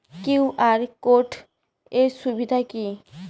QR code এর সুবিধা কি?